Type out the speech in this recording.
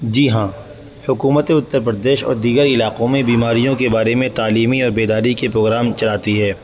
جی ہاں حکومت اتّر پردیش اور دیگر علاقوں میں بیماریوں کے بارے میں تعلیمی اور بیداری کی پروگرام چلاتی ہے